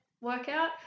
workout